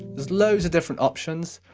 there's loads of different options.